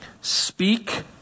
speak